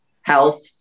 health